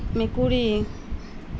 মেকুৰী